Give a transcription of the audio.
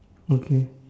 okay